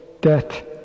death